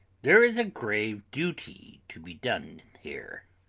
there is a grave duty to be done there.